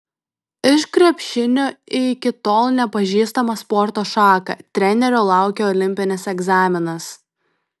iš krepšinio į iki tol nepažįstamą sporto šaką trenerio laukia olimpinis egzaminas